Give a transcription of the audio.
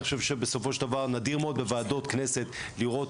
אני חושב שבסופו של דבר נדיר מאוד בוועדות כנסת לראות